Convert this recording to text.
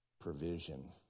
provision